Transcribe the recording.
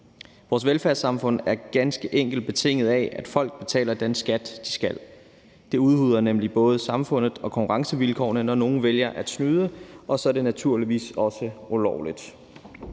Vores velfærdssamfund er ganske enkelt betinget af, at folk betaler den skat, de skal. Det udhuler nemlig både samfundet og konkurrencevilkårene, når nogle vælger at snyde, og så er det naturligvis også ulovligt.